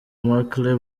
markle